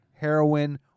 heroin